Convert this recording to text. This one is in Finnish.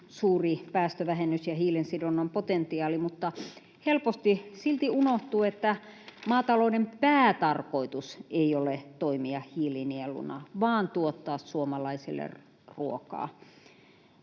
suuri päästövähennys- ja hiilensidonnan potentiaali, mutta helposti silti unohtuu, että maatalouden päätarkoitus ei ole toimia hiilinieluna vaan tuottaa suomalaisille ruokaa.